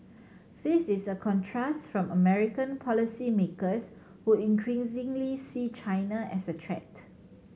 this is a contrast from American policymakers who increasingly see China as a threat